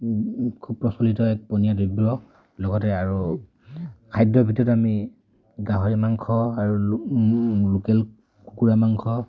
খুব প্ৰচলিত এক পনীয়া দ্ৰব্য লগতে আৰু খাদ্যৰ ভিতৰত আমি গাহৰি মাংস আৰু লোকেল কুকুৰা মাংস